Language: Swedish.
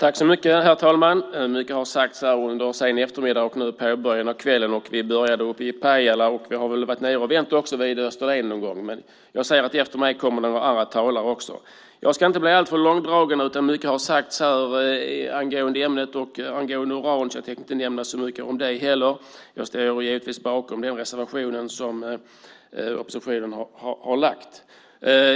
Herr talman! Mycket har sagts här under sen eftermiddag och nu i början av kvällen. Vi började uppe i Pajala och har väl varit nere vid Österlen och vänt någon gång. Jag ser att det kommer några talare efter mig också. Jag ska inte bli alltför långrandig. Mycket har sagts angående ämnet och angående uran, så jag ska inte nämna så mycket om det. Jag står givetvis bakom den reservation som oppositionen har lagt.